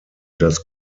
das